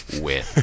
win